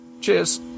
Cheers